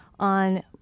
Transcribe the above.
On